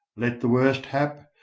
let the worst hap,